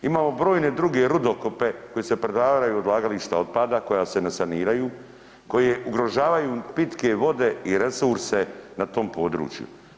Imamo brojne druge rudokope koji se pretvaraju u odlagališta otpada koja se ne saniraju, koje ugrožavaju pitke vode i resurse na tom području.